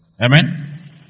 Amen